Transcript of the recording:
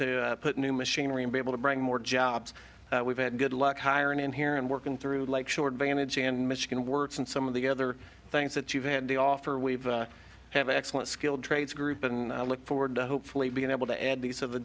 to put new machinery and be able to bring more jobs we've had good luck hiring in here and working through like short damage in michigan works and some of the other things that you've had to offer we've have an excellent skilled trade group and i look forward to hopefully being able to add these of the